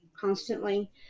constantly